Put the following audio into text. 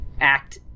act